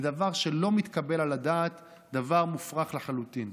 זה דבר שלא מתקבל על הדעת, דבר מופרך לחלוטין.